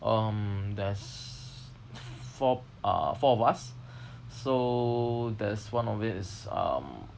um there's four uh four of us so there's one of it is um